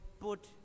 put